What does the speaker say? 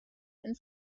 and